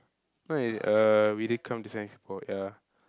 what if we uh we didn't come to same spot ya